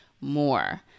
more